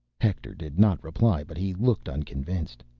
hector did not reply, but he looked unconvinced.